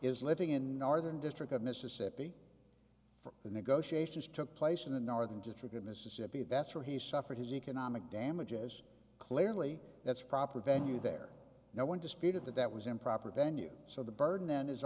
is living in northern district of mississippi for the negotiations took place in the northern district of mississippi that's where he suffered his economic damages clearly that's a proper venue there no one disputed that that was improper venue so the burden then is